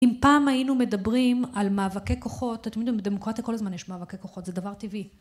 אם פעם היינו מדברים על מאבקי כוחות אתם יודעים בדמוקרטיה כל הזמן יש מאבקי כוחות זה דבר טבעי